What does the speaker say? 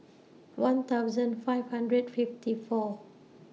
one thousand five hundred fifty four